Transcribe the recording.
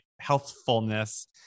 healthfulness